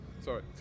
sorry